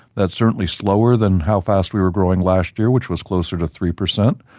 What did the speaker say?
that's certainly slower than how fast we were growing last year, which was closer to three percent.